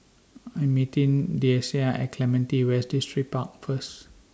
I'm meeting Deasia At Clementi West Distripark First